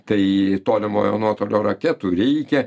tai tolimojo nuotolio raketų reikia